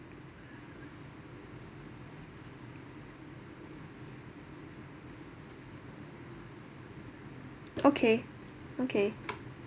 okay okay